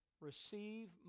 receive